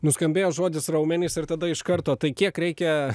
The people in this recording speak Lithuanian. nuskambėjo žodis raumenys ir tada iš karto tai kiek reikia